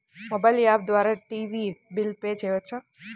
Mobile app ద్వారా TV bill pay చేయవచ్చా?